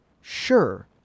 sure